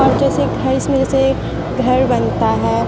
اور جیسے گھر اس میں جیسے گھر بنتا ہے